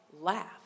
laugh